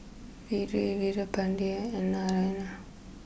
Vedre Veerapandiya and Naraina